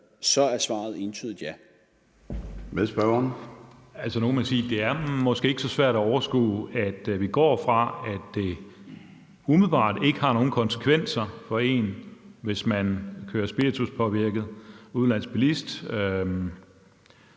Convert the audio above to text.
Medspørgeren. Kl. 14:18 Peter Skaarup (DD): Nu kan man sige, at det måske ikke er så svært at overskue, at vi går fra, at det umiddelbart ikke har nogen konsekvenser for en, hvis man kører spirituspåvirket som udenlandsk bilist,